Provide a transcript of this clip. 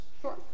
Sure